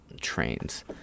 Trains